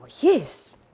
Yes